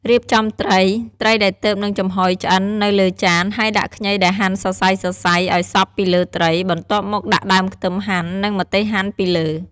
រៀបចំត្រីត្រីដែលទើបនឹងចំហុយឆ្អិននៅលើចាន ហើយដាក់ខ្ញីដែលហាន់សរសៃៗឲ្យសព្វពីលើត្រី បន្ទាប់មកដាក់ដើមខ្ទឹមហាន់ និង ម្ទេសហាន់ ពីលើ។